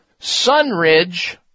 sunridge